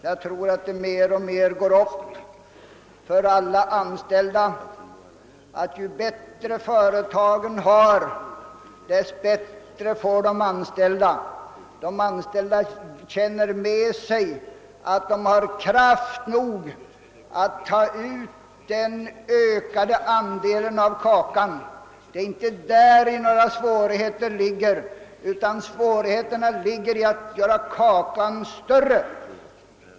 Jag tror att det mer och mer går upp för alla anställda, att ju bättre företagen har det, desto bättre får också de anställda — de anställda känner på sig att de har kraft nog att ta ut den ökade andelen av kakan; det är inte däri svårigheterna ligger, utan svårigheterna ligger i att göra kakan större.